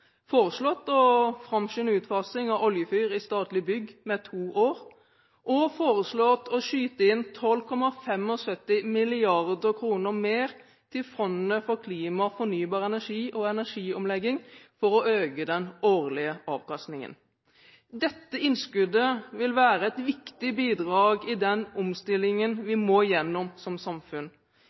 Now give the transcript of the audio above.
foreslått å framskynde utfasing av oljefyr i statlige bygg med to år og foreslått å skyte inn 12,75 mrd. kr mer til fondene for klima og fornybar energi og energiomlegging for å øke den årlige avkastningen. Dette innskuddet vil være et viktig bidrag i den omstillingen vi må gjennom som samfunn.